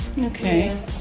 okay